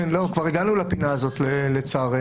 כבר הגענו לפינה הזאת, לצערנו.